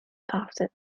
after